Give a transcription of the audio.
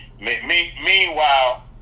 Meanwhile